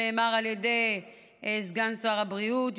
נאמר על ידי סגן שר הבריאות,